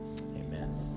amen